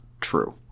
true